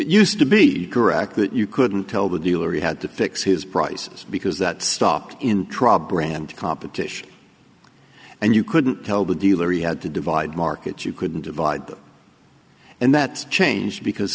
used to be correct that you couldn't tell the dealer you had to fix his prices because that stopped in trouble rand competition and you couldn't tell the dealer you had to divide market you couldn't divide them and that changed because